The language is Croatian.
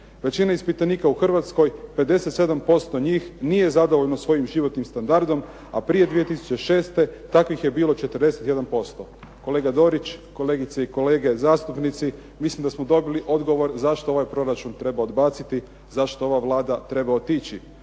Većina ispitanika u Hrvatskoj, 57% njih nije zadovoljno svojim životnim standardom, a prije 2006. takvih je bilo 41%. Kolega Dorić, kolegice i kolege zastupnici, mislim da smo dobili odgovor zašto ovaj proračun treba odbaciti, zašto ova Vlada treba otići.